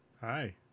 hi